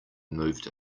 moved